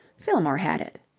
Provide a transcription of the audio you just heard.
fillmore had it.